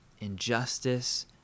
injustice